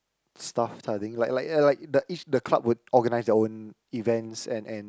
stuff kind of thing like like ya like the each the club would organise their own events and and